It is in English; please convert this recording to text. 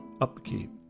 upkeep